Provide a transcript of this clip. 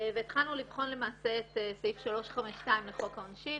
והתחלנו לבחון את סעיף 352 לחוק העונשין,